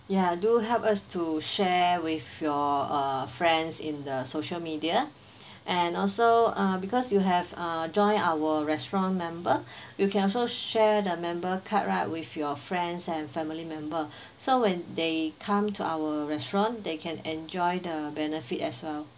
ya do help us to share with your uh friends in the social media and also ah because you have uh join our restaurant member you can also share the member card right with your friends and family member so when they come to our restaurant they can enjoy the benefit as well